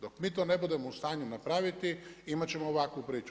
Dok mi to ne budemo u stanju napraviti, imat ćemo ovakvu priču.